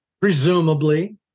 presumably